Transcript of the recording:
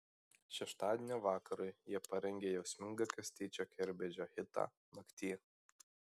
šeštadienio vakarui jie parengė jausmingą kastyčio kerbedžio hitą nakty